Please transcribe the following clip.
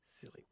Silly